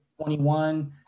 21